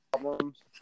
problems